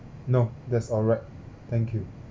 no that's alright thank you